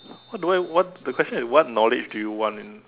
what do I what's the question is what knowledge do you want in